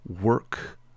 work